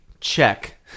Check